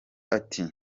ati